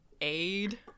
aid